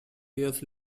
years